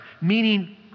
meaning